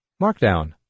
Markdown